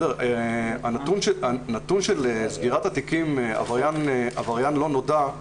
הנתון של סגירת התיקים בגין עבריין לא נודע,